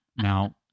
Now